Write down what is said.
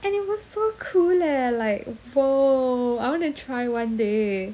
and it was so cool leh like !wow! I want to try one day